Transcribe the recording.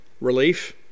relief